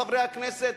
חברי הכנסת,